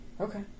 Okay